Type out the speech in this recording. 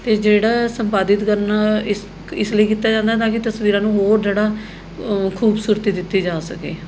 ਅਤੇ ਜਿਹੜਾ ਸੰਪਾਦਿਤ ਕਰਨਾ ਇਸ ਇਸ ਲਈ ਕੀਤਾ ਜਾਂਦਾ ਤਾਂ ਕਿ ਤਸਵੀਰਾਂ ਨੂੰ ਹੋਰ ਜਿਹੜਾ ਖੂਬਸੂਰਤੀ ਦਿੱਤੀ ਜਾ ਸਕੇ